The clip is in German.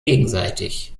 gegenseitig